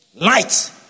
Light